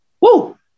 Woo